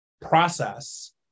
process